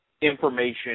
information